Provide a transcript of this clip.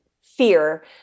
fear